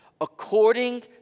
according